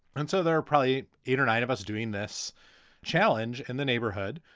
and so there are probably eight or nine of us doing this challenge in the neighborhood.